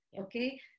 okay